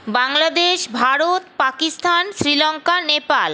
Bangladesh Bharat Pakistan Sri Lanka Nepal